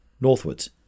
northwards